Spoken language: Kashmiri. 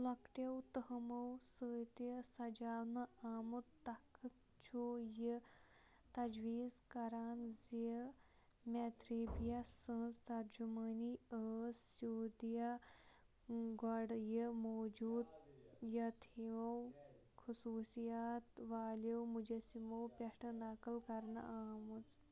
لۄکٹٮ۪و تہمو سۭتہِ سجاونہٕ آمُت تخت چھُ یہِ تجویز كران زِ میترییہ سٕنز ترجُمٲنی ٲس سیوٗدیا گۄڈٕ یہِ موٗجوٗد یتھیو خصوصِیات والیو مُجسمو پیٹھٕ نقل كرنہٕ آمٕژ